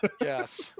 Yes